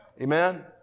Amen